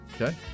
Okay